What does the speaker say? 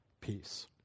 peace